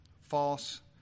false